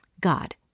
God